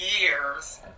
years